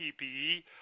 PPE